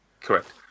correct